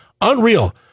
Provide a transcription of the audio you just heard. Unreal